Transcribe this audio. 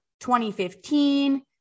2015